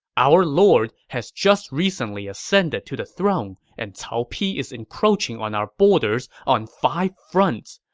our lord has just recently ascended to the throne and cao pi is encroaching on our borders on five fronts.